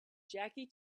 jackie